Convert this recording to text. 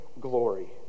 glory